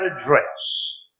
address